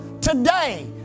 today